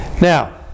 Now